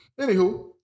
Anywho